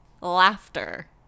laughter